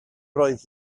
roedd